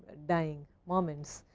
dying moments.